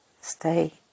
Stay